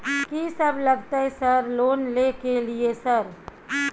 कि सब लगतै सर लोन ले के लिए सर?